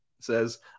says